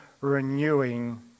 renewing